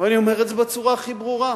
ואני אומר את זה בצורה הכי ברורה,